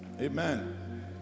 Amen